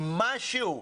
משהו.